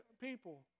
people